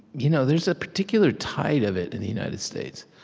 you know there's a particular tide of it in the united states,